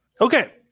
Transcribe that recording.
okay